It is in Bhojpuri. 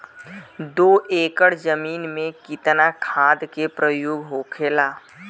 दो एकड़ जमीन में कितना खाद के प्रयोग होखेला?